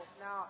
now